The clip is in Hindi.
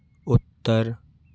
उत्तर